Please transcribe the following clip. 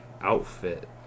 outfit